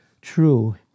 true